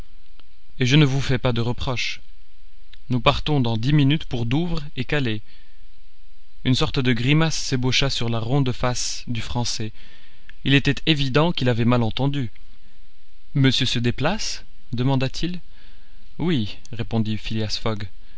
et je ne vous fais pas de reproche nous partons dans dix minutes pour douvres et calais une sorte de grimace s'ébaucha sur la ronde face du français il était évident qu'il avait mal entendu monsieur se déplace demanda-t-il oui répondit phileas